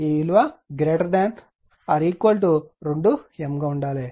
ఈ విలువ 2 M ఉండాలి